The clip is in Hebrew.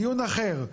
דיון אחר,